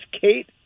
Kate